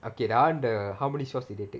okay that [one] the how many shots did they take